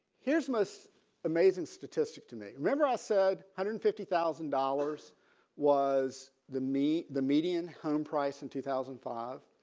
here's this amazing statistic to me. remember i said hundred fifty thousand dollars was the me the median home price in two thousand and five.